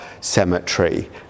Cemetery